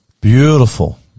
Beautiful